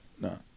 No